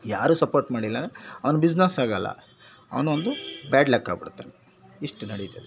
ಯಾರು ಸಪೋರ್ಟ್ ಮಾಡಿಲ್ಲಂದ್ರೆ ಅವ್ನು ಬಿಸ್ನೆಸ್ ಆಗಲ್ಲ ಅವನೊಂದು ಬ್ಯಾಡ ಲಕ್ ಆಗ್ಬಿಡ್ತಾನೆ ಇಷ್ಟು ನಡೀತದೆ